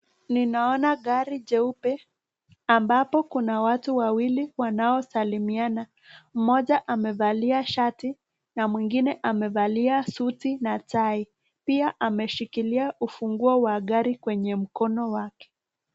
Ninaona gari jeupe ambapo kuna watu wawili wanaosalimiana, moja amevalia shati, na mwingine amevalia suti na tai, pia ameshikilia ufunguo wa gari kwenye mkono wake.